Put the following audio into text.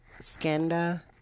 Skanda